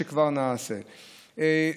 שכבר נעשתה,